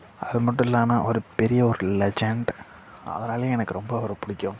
அது மட்டும் இல்லாமல் அவர் பெரிய ஒரு லெஜென்ட் அதனாலயே எனக்கு ரொம்ப அவரை பிடிக்கும்